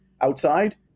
outside